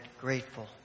grateful